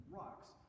rocks